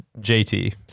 JT